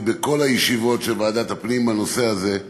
הזה,